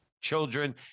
children